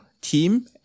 team